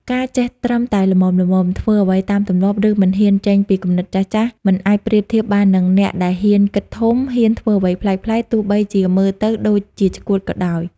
ការចេះត្រឹមតែល្មមៗ ធ្វើអ្វីតាមទម្លាប់ ឬមិនហ៊ានចេញពីគំនិតចាស់ៗ មិនអាចប្រៀបធៀបបាននឹងអ្នកដែលហ៊ានគិតធំ ហ៊ានធ្វើអ្វីប្លែកៗ ទោះបីជាមើលទៅដូចជាឆ្កួតក៏ដោយ។